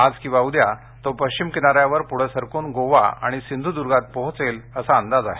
आज किंवा उद्या तो पश्चिम किनार्यादवर पुढे सरकून गोवा आणि सिंधुद्र्गात पोहोचेल असा अंदाज आहे